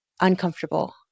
uncomfortable